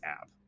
app